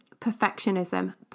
Perfectionism